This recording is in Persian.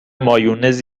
مایونز